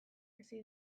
bizi